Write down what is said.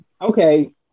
Okay